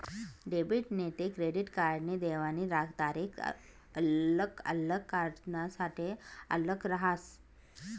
debit नैते credit कार्डनी देवानी तारीख आल्लग आल्लग कार्डसनासाठे आल्लग रहास